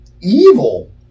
evil